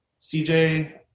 CJ